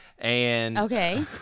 Okay